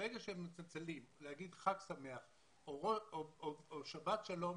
ברגע שהם מצלצלים לומר חג שמח או שבת שלום,